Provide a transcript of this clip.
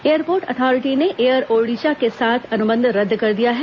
airport authority ने Air Odisha के साथ अनुबंध रद्द कर दिया है